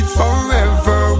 forever